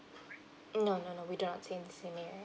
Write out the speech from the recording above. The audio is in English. no no no we do not stay in the same area